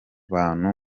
bantu